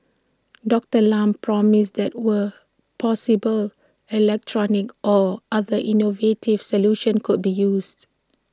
Doctor Lam promised that where possible electronic or other innovative solutions could be used